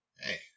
Hey